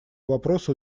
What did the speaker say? вопросу